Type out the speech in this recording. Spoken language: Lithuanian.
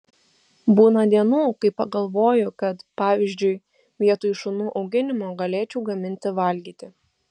būna dienų kai pagalvoju kad pavyzdžiui vietoj šunų auginimo galėčiau gaminti valgyti